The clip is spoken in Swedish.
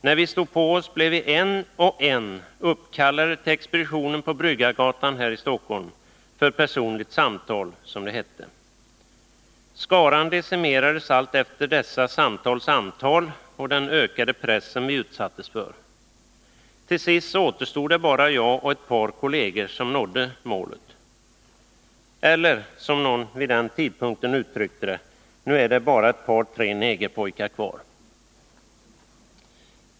När vi stod på oss blev vi en och en uppkallade till expeditionen på Bryggargatan här i Stockholm för personligt samtal, som det hette. Skaran decimerades alltefter dessa samtals antal och den ökade press som vi utsattes för. Till sist återstod bara jag och ett par kolleger, som nådde målet, eller, som någon vid den tidpunkten uttryckte det: Nu är det bara ett par tre negerpojkar kvar.